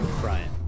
Brian